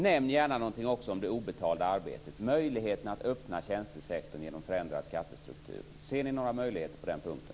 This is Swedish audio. Nämn gärna också något om det obetalda arbetet, möjligheten att öppna tjänstesektorn genom förändrad skattestruktur. Ser ni några möjligheter på den punkten?